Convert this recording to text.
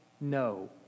no